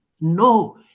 No